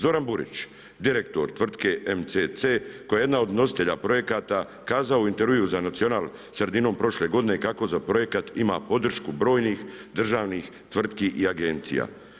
Zoran Burić, direktor tvrtke MCC koja je jedna od nositelja projekata kazao je u intervjuu za Nacional sredinom prošle godine kako za projekat ima podršku brojnih državnih tvrtki i agencija.